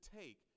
take